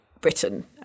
Britain